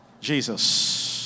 Jesus